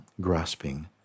grasping